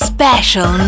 Special